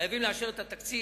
חייבים לאשר את התקציב.